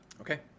okay